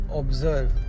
observe